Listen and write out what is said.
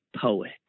poet